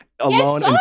alone